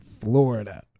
Florida